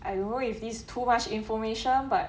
I don't know if this is too much information but